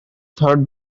third